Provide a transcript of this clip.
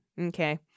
okay